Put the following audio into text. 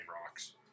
rocks